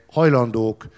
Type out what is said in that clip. hajlandók